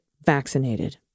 vaccinated